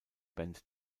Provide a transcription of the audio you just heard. band